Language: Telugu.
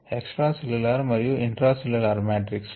ఎక్స్ట్రా సెల్ల్యులార్ మరియు ఇంట్రా సెల్ల్యులార్ మాట్రిక్స్ లు